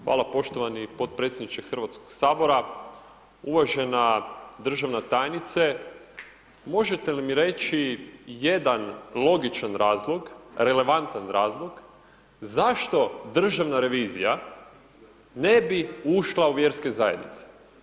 Hvala poštovani podpredsjedniče Hrvatskog sabora, uvažena državna tajnice, možete li mi reći jedan logičan razlog, relevantan razlog zašto Državna revizija ne bi ušla u vjerske zajednice.